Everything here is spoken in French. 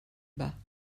bas